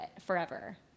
forever